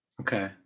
Okay